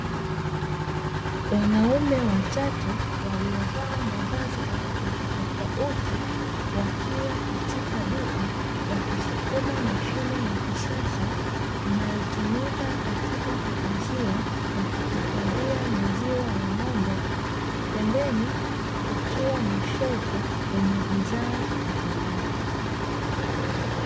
Wanaume watatu waliovaa mavazi tofauti tofauti wakiwa katika duka wakisukuma mashine ya kisasa, inayotumika katika kuuzia na kuhifadhia maziwa ya ng'ombe pembeni kukiwa na shelfu yenye bidhaa mbalimbali.